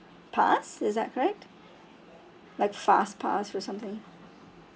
pass is that correct like fast pass or something